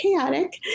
chaotic